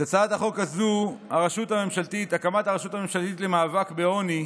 בהצעת החוק הזו, הקמת הרשות הממשלתית למאבק בעוני,